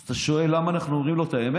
אז אתה שואל למה אנחנו אומרים לו את האמת?